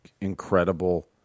incredible